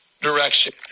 direction